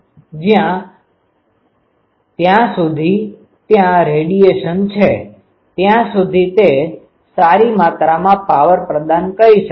જ્યાં સુધી ત્યાં રેડીયેશન છે ત્યાં સુધી તે સારી માત્રામાં પાવર પ્રદાન કરી શકે છે